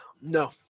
No